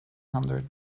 hundred